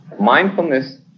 Mindfulness